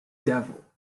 devil